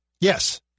Yes